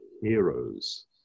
heroes